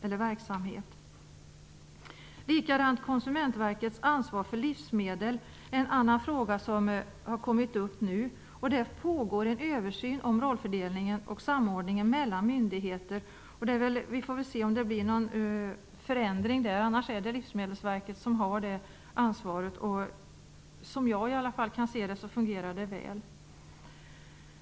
Likadant är det med Konsumentverkets ansvar för livsmedel. Det är en annan fråga som har kommit upp nu. Där pågår en översyn av rollfördelningen och samordningen mellan myndigheter. Vi får väl se om det blir någon förändring där, annars är det Livsmedelsverket som har det ansvaret. Som jag ser det fungerar det väl.